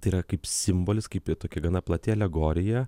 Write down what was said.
tai yra kaip simbolis kaip tokia gana plati alegorija